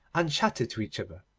and chattered to each other,